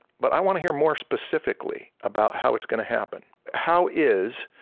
but i wanna hear more specifically about how it's gonna happen. how is